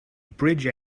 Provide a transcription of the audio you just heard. bridge